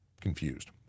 confused